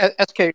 SK